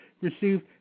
received